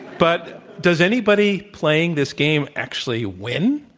but, does anybody playing this game actually win?